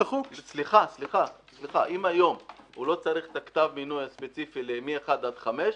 אם היום הוא לא צריך את כתב המינוי הספציפי מ-1 עד 5,